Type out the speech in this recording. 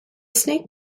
snake